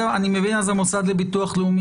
אני מבין שהמוסד לביטוח לאומי,